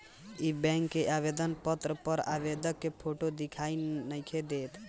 इ बैक के आवेदन पत्र पर आवेदक के फोटो दिखाई नइखे देत